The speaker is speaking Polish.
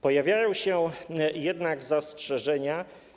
Pojawiają się jednak zastrzeżenia.